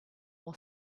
will